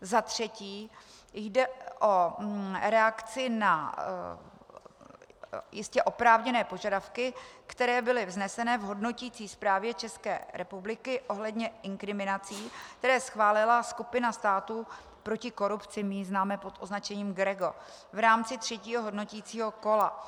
Za třetí jde o reakci na jistě oprávněné požadavky, které byly vzneseny v hodnoticí zprávě České republiky ohledně inkriminací, které schválila skupina států proti korupci my ji známe pod označením GRECO v rámci třetího hodnoticího kola.